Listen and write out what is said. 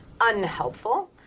unhelpful